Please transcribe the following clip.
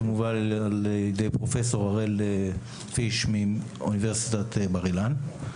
שמובל על ידי פרופ' הראל פיש מאוניברסיטת בר אילן.